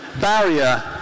barrier